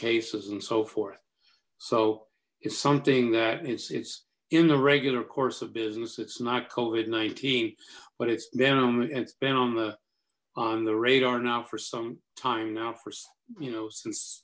cases and so forth so it's something that it's it's in the regular course of business it's not coded nineteen but it's been it's been on the on the radar now for some time now for you know since